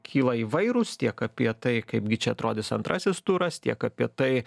kyla įvairūs tiek apie tai kaipgi čia atrodys antrasis turas tiek apie tai